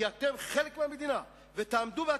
כי אתם חלק מהמדינה, ותעמדו ב"התקווה",